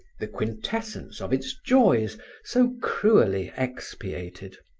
the quintessence of its joys so cruelly expiated.